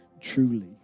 truly